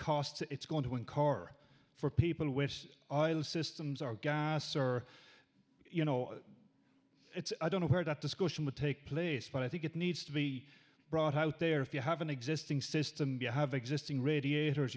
cost it's going to incur for people who wish systems are gas or you know i don't know where that discussion would take place but i think it needs to be brought out there if you have an existing system you have existing radiators